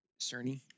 Cerny